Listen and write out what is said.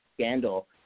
scandal